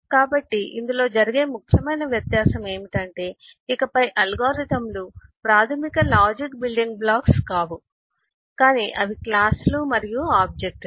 కాబట్టి ఇందులో జరిగే ముఖ్యమైన వ్యత్యాసం ఏమిటంటే ఇకపై అల్గోరిథంలు ప్రాథమిక లాజిక్ బిల్డింగ్ బ్లాక్స్ కావు కాని అవి క్లాసులు మరియు ఆబ్జెక్ట్ లు